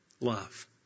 Love